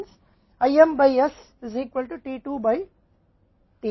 इसलिए IM by s t 4 से t 3 के बराबर है